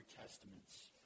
Testaments